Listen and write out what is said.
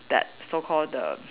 that so called the